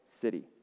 city